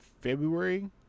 february